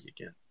again